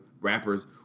rappers